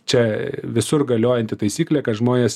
čia visur galiojanti taisyklė kad žmonės